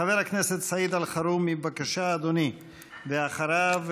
חבר הכנסת סעיד אלחרומי, בבקשה, אדוני, ואחריו,